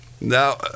Now